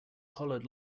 hollered